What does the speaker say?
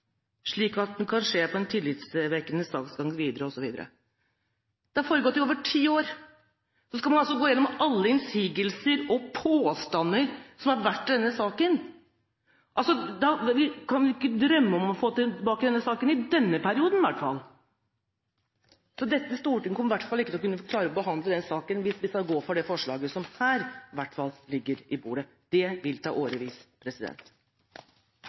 slik at det kan skje en tillitsvekkende saksgang videre.» Dette har foregått i over ti år. Og så skal man altså gå gjennom alle innsigelser og påstander som har vært i denne saken! Da kan vi ikke drømme om å få tilbake saken i denne perioden i hvert fall. Dette storting kommer ikke til å kunne klare å behandle denne saken hvis vi skal gå inn for det forslaget som nå ligger på bordet. Det vil ta